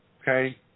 Okay